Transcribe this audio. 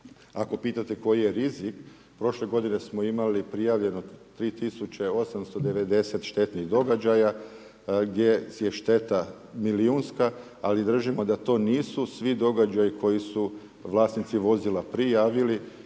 Ako pitate koji rizik, prošle godine smo imali prijavljeno 3890 štetnih događaja gdje je šteta milijunska ali držimo da to nisu svi događaji koji su vlasnici vozila prijavili,